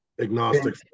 agnostic